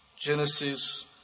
Genesis